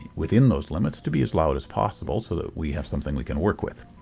within those limits, to be as loud as possible so that we have something we can work with.